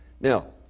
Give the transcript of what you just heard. Now